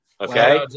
okay